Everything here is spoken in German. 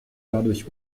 dadurch